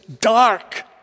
dark